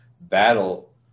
battle